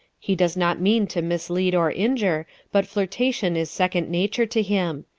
he does not mean to mislead or injure, but flirtation is second nature to him.